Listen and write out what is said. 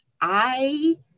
I-